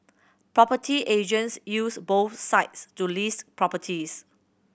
property agents use both sites to list properties